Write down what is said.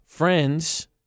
Friends